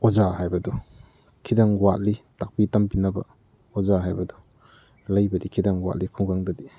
ꯑꯣꯖꯥ ꯍꯥꯏꯕꯗꯨ ꯈꯤꯇꯪ ꯋꯥꯠꯂꯤ ꯇꯥꯛꯄꯤ ꯇꯝꯕꯤꯅꯕ ꯑꯣꯖꯥ ꯍꯥꯏꯕꯗꯨ ꯂꯩꯕꯗꯤ ꯈꯤꯇꯪ ꯋꯥꯠꯂꯤ ꯈꯨꯡꯒꯪꯗꯗꯤ